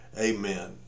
amen